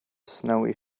snowy